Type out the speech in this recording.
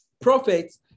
prophets